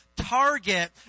target